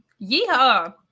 Yeehaw